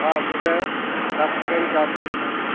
हा ॿुधायो छा कहिड़ी कार खपे तव्हांखे